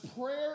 prayer